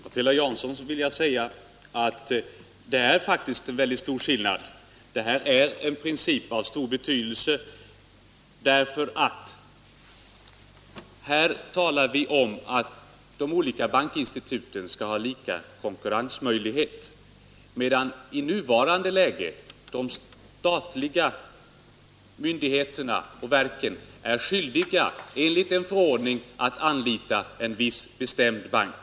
Herr talman! Till herr Jansson vill jag säga att det är faktiskt en mycket stor skillnad. Det gäller en princip av stor betydelse därför att här talar vi om att de olika bankinstituten skall ha lika konkurrensmöjlighet, medan i nuvarande läge de statliga myndigheterna och verken enligt en förordning är skyldiga att anlita en viss bestämd bank.